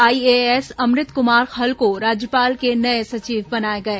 IAS Amrit Kumar खलको राज्यपाल के नये सचिव बनाए गए